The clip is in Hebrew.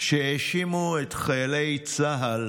שהאשימו את חיילי צה"ל